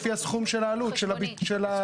לפי הסכום של העלות של הביצוע.